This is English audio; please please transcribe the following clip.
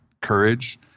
courage